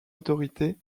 autorité